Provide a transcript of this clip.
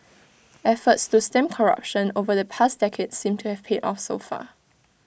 efforts to stem corruption over the past decade seem to have paid off so far